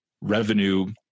revenue